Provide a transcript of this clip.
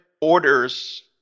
orders